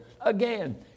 Again